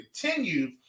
continue